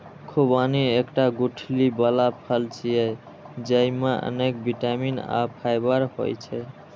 खुबानी एकटा गुठली बला फल छियै, जेइमे अनेक बिटामिन आ फाइबर होइ छै